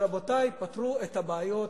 רבותי, פתרו את הבעיות,